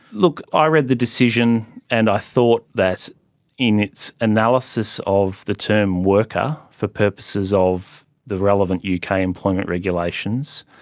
look, i read the decision and i thought that in its analysis of the term worker for purposes of the relevant yeah uk employment revelations,